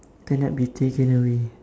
cannot be taken away